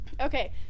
Okay